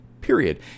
Period